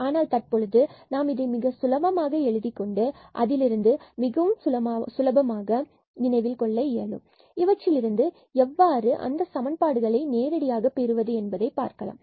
ஆனால் தற்பொழுது நாம் இதை மிகச் சுலபமாக எழுதிக் கொண்டு அதிலிருந்து மிகச்சுலபமாக நினைவில் கொள்ள இயலும் மற்றும் இவற்றில் இருந்து எவ்வாறு அந்த சமன்பாடுகளை நேரடியாக பெறுவது என்பதை பார்க்கலாம்